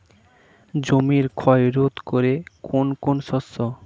জমির ক্ষয় রোধ করে কোন কোন শস্য?